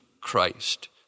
Christ